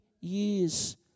years